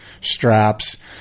straps